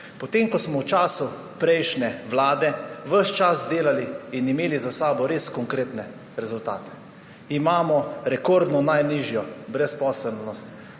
Po tem, ko smo v času prejšnje vlade ves čas delali in imeli za sabo res konkretne rezultate, imamo rekordno najnižjo brezposelnost,